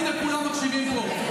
הינה, כולם מקשיבים פה.